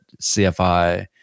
CFI